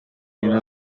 nyina